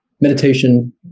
meditation